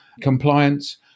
compliance